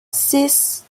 six